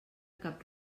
cap